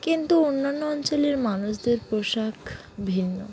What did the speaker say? কিন্তু অন্যান্য অঞ্চলের মানুষদের পোশাক ভিন্ন